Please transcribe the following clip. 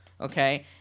Okay